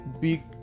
big